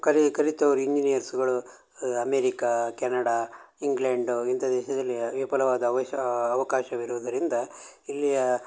ಕಲಿ ಕಲಿತವ್ರು ಇಂಜಿನಿಯರ್ಸ್ಗಳು ಅಮೇರಿಕಾ ಕೆನಡ ಇಂಗ್ಲೆಂಡು ಇಂಥ ದೇಶದಲ್ಲಿ ವಿಪುಲವಾದ ಅವಶ್ ಅವಕಾಶವಿರೋದ್ರಿಂದ ಇಲ್ಲಿಯ